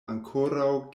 ankoraŭ